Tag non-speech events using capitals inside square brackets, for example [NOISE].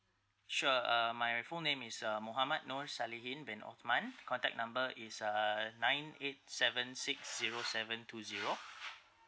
sure uh my full name is uh mohammad nor salihin bin othman contact number is uh nine eight seven six [NOISE] zero seven two zero